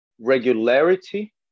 regularity